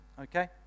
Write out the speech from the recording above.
okay